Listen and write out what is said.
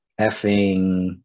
effing